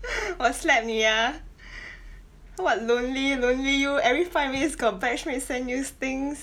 我 slap 你啊 what lonely lonely you every five minutes got batchmate send you things